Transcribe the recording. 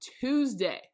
Tuesday